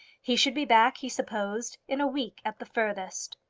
he should be back, he supposed, in a week at the furthest.